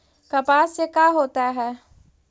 कपास से का होता है?